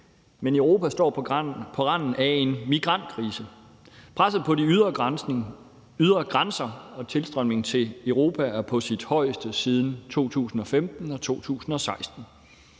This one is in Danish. men Europa står på randen af en migrantkrise. Presset på de ydre grænser og tilstrømningen til Europa er på sit højeste siden 2015 og 2016,